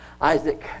Isaac